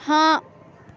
ହଁ